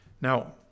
Now